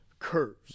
curves